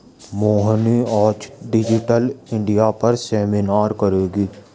मोहिनी आज digital India पर seminar करेगी